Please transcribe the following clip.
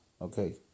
Okay